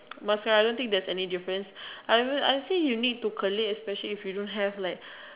mascara I don't think there's any difference I remember I think you need to collate especially if you don't have like